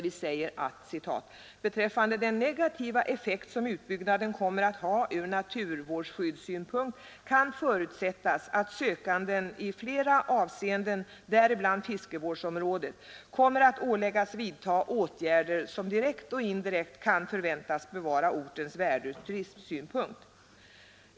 Vi säger där att ”beträffande den negativa effekt som utbyggnaden kommer att ha ur naturvårdsskyddssynpunkt kan förutsättas att sökanden i flera avseenden däribland fiskevårdsområdet kommer att åläggas vidta åtgärder som direkt och indirekt kan förväntas bevara ortens värde ur turismsynpunkt”.